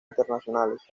internacionales